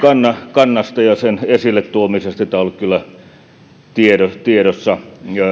kannasta ja sen esilletuomisesta tämä on ollut kyllä tiedossa